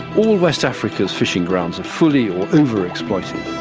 all west africa's fishing grounds are fully over-exploited,